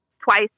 Twice